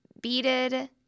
beaded